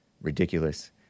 Ridiculous